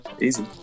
easy